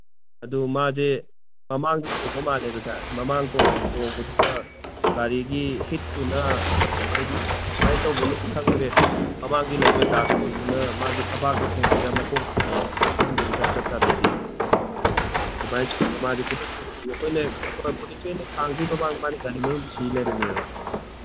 ꯑꯗꯨ ꯃꯥꯁꯦ ꯃꯃꯥꯡꯗ ꯇꯣꯡꯕ ꯃꯥꯜꯂꯦꯕ ꯁꯥꯔ ꯃꯃꯥꯡ ꯇꯣꯡꯕꯁꯤꯗ ꯒꯥꯔꯤꯒꯤ ꯍꯤꯠꯇꯨꯅ ꯍꯥꯏꯗꯤ ꯀꯃꯥꯏ ꯇꯧꯕꯅꯣꯗꯤ ꯈꯪꯗ꯭ꯔꯦ ꯃꯃꯥꯡꯒꯤ ꯂꯩꯕ ꯗꯥꯁꯕꯣꯔꯠꯇꯨꯅ ꯃꯥꯒꯤ ꯊꯕꯥꯛꯇ ꯊꯣꯝꯕꯩꯔꯥ ꯃꯀꯣꯛꯇ ꯊꯣꯝꯕꯩꯔꯥꯗꯤ ꯈꯪꯗꯦꯕ ꯁꯥꯔ ꯆꯞ ꯆꯥꯕꯤꯗꯤ ꯑꯗꯨꯃꯥꯏ ꯇꯧꯔꯒ ꯃꯥꯁꯦ ꯈꯨꯗꯛꯇ ꯁꯤ ꯑꯩꯈꯣꯏꯅ ꯄꯨꯂꯤꯁꯈꯩꯅ ꯊꯥꯡꯗ꯭ꯔꯤꯉꯩ ꯃꯃꯥꯡꯗ ꯃꯥꯗꯤ ꯒꯥꯔꯤ ꯃꯅꯨꯡꯗ ꯁꯤ ꯂꯩꯔꯝꯃꯦꯕ